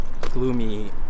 gloomy